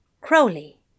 Crowley